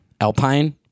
Alpine